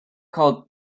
called